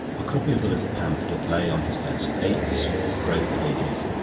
a copy of the little pamphlet lay on his desk eight small grey pages,